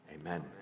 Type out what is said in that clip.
Amen